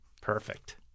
Perfect